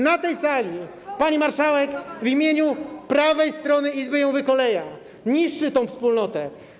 Na tej sali pani marszałek w imieniu prawej strony Izby wykoleja, niszczy tę wspólnotę.